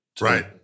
Right